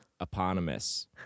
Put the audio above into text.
Eponymous